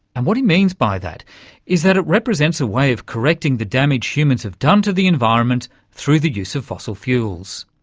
and what he means by that is that it represents a way of correcting the damage humans have done to the environment through the use of fossil fuels.